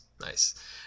nice